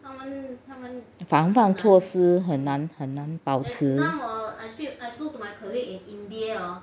防范措施很难很难保持